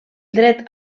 dret